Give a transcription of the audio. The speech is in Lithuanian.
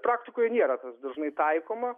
praktikoj nėra tas dažnai taikoma